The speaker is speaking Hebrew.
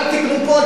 אל תקנו פה,